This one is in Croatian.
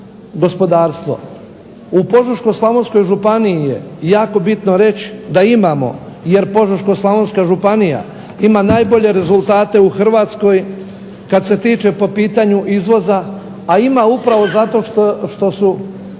U Požeško-slavonskoj županiji je jako bitno reći da imamo, jer Požeško-slavonska županija ima najbolje rezultate u Hrvatskoj kad se tiče po pitanju izvoza, a ima upravo zato što su